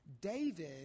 David